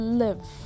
live